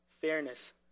fairness